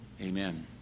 Amen